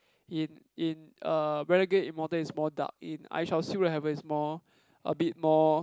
in in uh renegade-immortal is more dark in I-shall-seal-the-heaven is more a bit more